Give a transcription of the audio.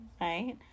right